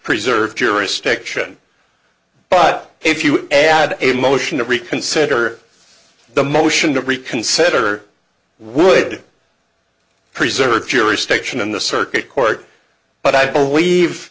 preserve jurisdiction but if you add a motion to reconsider the motion to reconsider would preserve jurisdiction in the circuit court but i believe